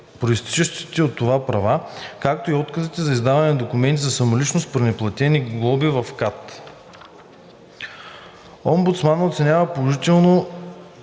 Омбудсманът оценява положително